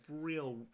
real